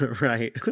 Right